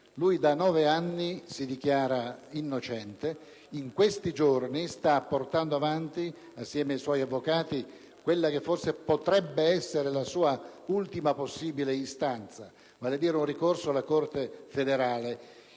Da nove anni si dichiara innocente e in questi giorni sta portando avanti, assieme ai suoi avvocati, quella che forse potrebbe essere la sua ultima possibile istanza, vale a dire un ricorso alla Corte federale.